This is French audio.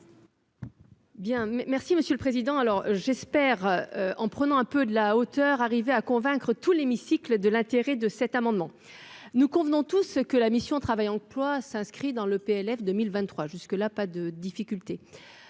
merci Monsieur le Président, alors j'espère, en prenant un peu de la hauteur, arriver à convaincre tout l'hémicycle de l'intérêt de cet amendement, nous convenons tous que la mission Travail emploi s'inscrit dans le PLF 2023 jusque là pas de difficultés,